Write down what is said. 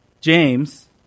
James